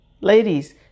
Ladies